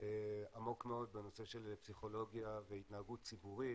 עמוק מאוד בנושא של פסיכולוגיה והתנהגות ציבורית,